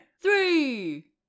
Three